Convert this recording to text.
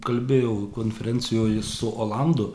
kalbėjau konferencijoje su olandu